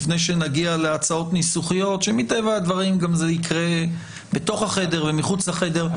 לפני שנגיע להצעות ניסוחיות שמטבע הדברים זה יקרה בתוך החדר ומחוץ לחדר.